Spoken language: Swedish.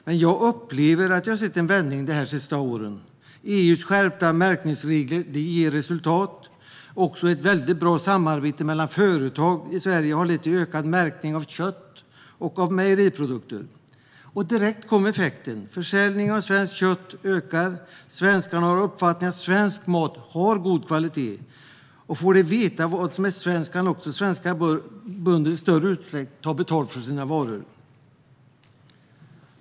Men jag upplever att jag har sett en vändning under de senaste åren. EU:s skärpta märkningsregler ger resultat. Också ett mycket bra samarbete mellan företag i Sverige har lett till ökad märkning av kött och av mejeriprodukter. Effekten kom direkt: Försäljningen av svenskt kött ökar. Svenskarna har uppfattningen att svensk mat har god kvalitet. Får de veta vad som är svenskt kan också svenska bönder i större utsträckning ta betalt för sina varor.